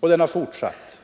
— Och den har fortsatt.